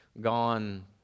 gone